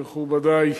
מכובדי,